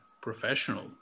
professional